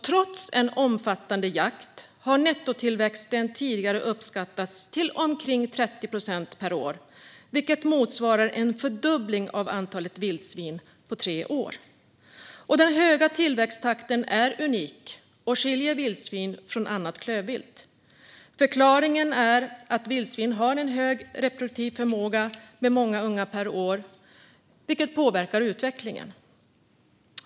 Trots en omfattande jakt har nettotillväxten tidigare uppskattats till omkring 30 procent per år, vilket motsvarar en fördubbling av antalet vildsvin på tre år. Den höga tillväxttakten är unik och skiljer vildsvin från annat klövvilt. Förklaringen är att vildsvin har en hög reproduktiv förmåga med många ungar per år, vilket påverkar utvecklingen.